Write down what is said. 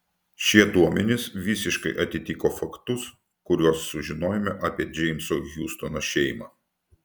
šie duomenys visiškai atitiko faktus kuriuos sužinojome apie džeimso hiustono šeimą